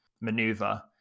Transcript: maneuver